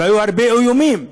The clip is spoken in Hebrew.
היו הרבה איומים,